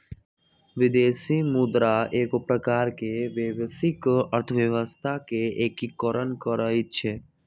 विदेशी मुद्रा बजार एगो प्रकार से वैश्विक अर्थव्यवस्था के एकीकरण करइ छै